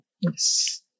Yes